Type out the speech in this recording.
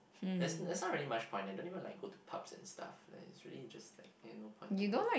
there's there's not really much point I don't even go to pubs and stuff and it's really just like no point to me